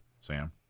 Sam